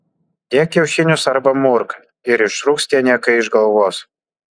dėk kiaušinius arba murk ir išrūks tie niekai iš galvos